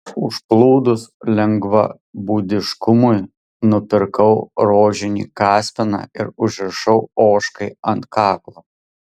užplūdus lengvabūdiškumui nupirkau rožinį kaspiną ir užrišau ožkai ant kaklo